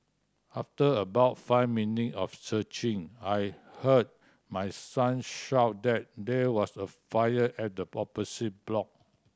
after about five minute of searching I heard my son shout that there was a fire at the opposite block